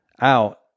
out